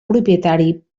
propietari